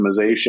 optimization